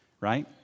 right